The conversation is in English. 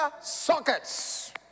sockets